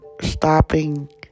stopping